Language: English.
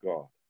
God